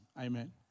Amen